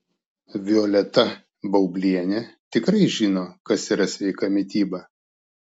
violeta baublienė tikrai žino kas yra sveika mityba